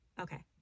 Okay